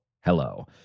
Hello